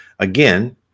Again